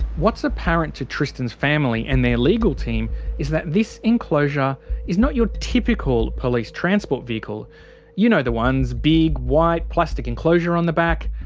what's apparent to tristan's family and their legal team is that this enclosure is not your typical police transport vehicle you know the ones big white, plastic enclosure on the back.